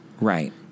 Right